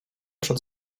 przed